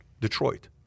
detroit